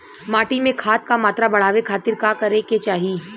माटी में खाद क मात्रा बढ़ावे खातिर का करे के चाहीं?